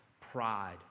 Pride